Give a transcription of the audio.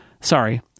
sorry